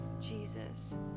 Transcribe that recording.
Jesus